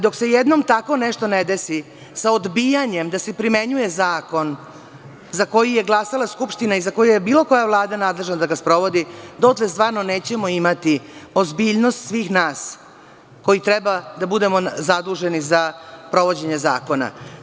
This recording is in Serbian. Dok se jednom tako nešto ne desi, sa odbijanjem da se primenjuje zakon za koji je glasala Skupštini i za koji je bilo koja Vlada nadležna da ga sprovodi, dotle nećemo imati ozbiljnost svih nas koji treba da budemo zaduženi za sprovođenje zakona.